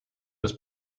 des